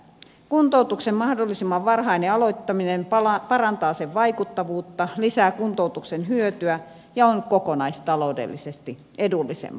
kuntoutuksen mahdollisimman varhainen aloittaminen parantaa kuntoutuksen vaikuttavuutta lisää sen hyötyä ja on kokonaistaloudellisesti edullisempaa